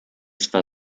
zwar